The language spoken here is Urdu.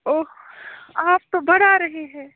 اوہ آپ تو بڑھا رہے ہے